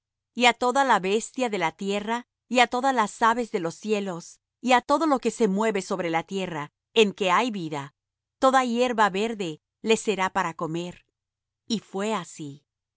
á toda bestia de la tierra y á todas las aves de los cielos y á todo lo que se mueve sobre la tierra en que hay vida toda hierba verde les será para comer y fué así